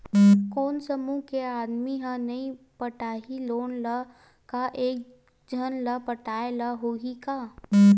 कोन समूह के आदमी हा नई पटाही लोन ला का एक झन ला पटाय ला होही का?